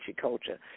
culture